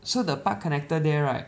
so the park connector there right